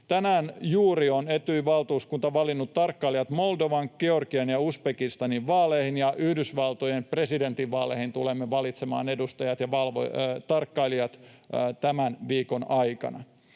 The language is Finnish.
Tänään juuri on Etyjin valtuuskunta valinnut tarkkailijat Moldovan, Georgian ja Uzbekistanin vaaleihin, ja Yhdysvaltojen presidentinvaaleihin tulemme valitsemaan edustajat ja tarkkailijat tämän viikon aikana.